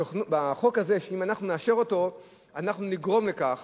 נאשר את החוק הזה אנחנו נגרום לכך